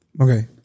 Okay